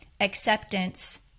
acceptance